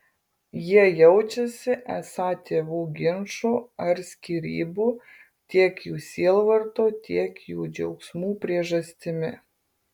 jie jaučiasi esą tėvų ginčų ar skyrybų tiek jų sielvarto tiek jų džiaugsmų priežastimi